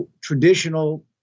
traditional